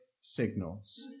signals